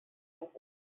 office